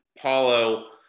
Paulo